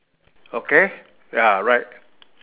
okay ya right